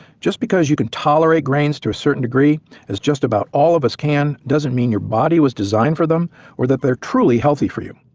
just because you can tolerate grains to a certain degree as just about all of us can, doesn't mean your body was designed for them or that they're truly healthy for you.